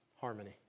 harmony